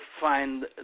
find